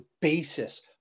basis